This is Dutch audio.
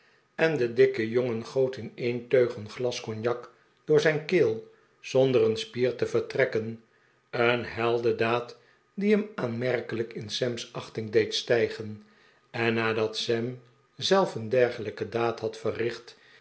en de dikke jongen goot in een teug een glas cognac door zijn keel zonder een spier te vertrekken een heldendaad die hem aanmerkelijk in sam's achting deed stijgen en nadat sam zelf een dergelijke daad had verricht